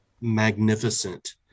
magnificent